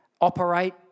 operate